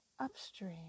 Upstream